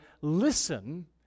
listen